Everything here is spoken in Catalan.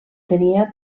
tenia